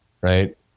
right